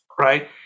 right